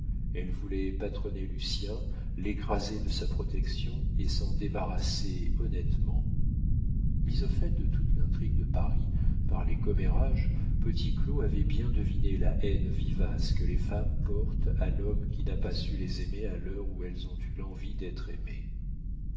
elle voulait patronner lucien l'écraser de sa protection et s'en débarrasser honnêtement mis au fait de toute l'intrigue de paris par les commérages petit claud avait bien deviné la haine vivace que les femmes portent à l'homme qui n'a pas su les aimer à l'heure où elles ont eu l'envie d'être aimées